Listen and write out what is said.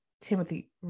Timothy